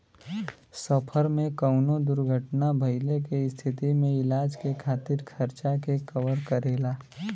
सफर में कउनो दुर्घटना भइले के स्थिति में इलाज के खातिर खर्चा के कवर करेला